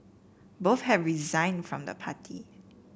both have resigned from the party